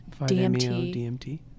DMT